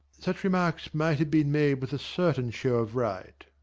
such remarks might have been made with a certain show of right.